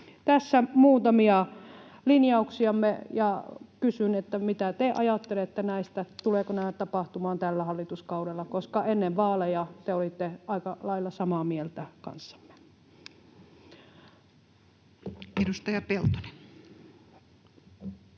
Tässä muutamia linjauksiamme. Kysyn: mitä te ajattelette näistä? Tulevatko nämä tapahtumaan tällä hallituskaudella, koska ennen vaaleja te olitte aika lailla samaa mieltä kanssamme? [Mikko Polvisen